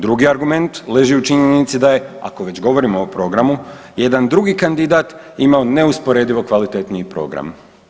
Drugi argument leži u činjenici da je ako već govorimo o programu, jedan drugi kandidat imao neusporedivo kvalitetniji program.